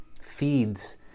feeds